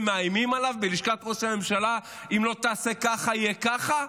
ומאיימים עליו בלשכת ראש הממשלה: אם לא תעשה ככה יהיה ככה,